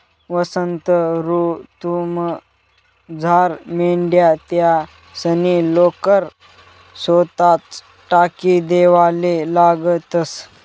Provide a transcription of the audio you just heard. वसंत ऋतूमझार मेंढ्या त्यासनी लोकर सोताच टाकी देवाले लागतंस